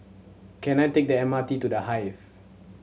can I take the M R T to The Hive